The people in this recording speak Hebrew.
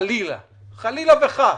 חלילה וחס,